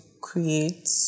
create